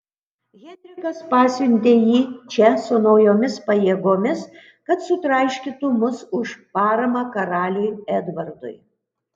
henrikas pasiuntė jį čia su naujomis pajėgomis kad sutraiškytų mus už paramą karaliui edvardui